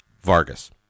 Vargas